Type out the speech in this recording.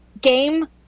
game